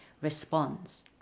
response